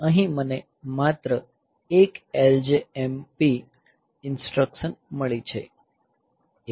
અહીં મને માત્ર એક LJMP ઇન્સ્ટ્રક્સન મળી છે